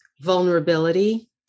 vulnerability